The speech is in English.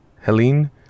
Helene